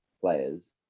players